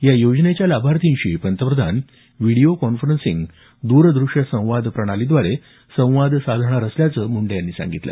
या योजनेच्या लाभार्थींशी पंतप्रधान व्हिडीओ कॉन्फरन्सिंग द्रदृष्य संवाद प्रणालीद्वारे संवाद साधणार असल्याचं मुंडे यांनी सांगितलं